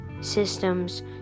Systems